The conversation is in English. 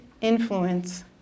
influence